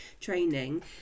training